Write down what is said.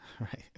right